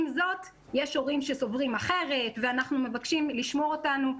עם זאת יש הורים שסוברים אחרת ואנחנו מבקשים לשמור אותנו,